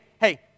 hey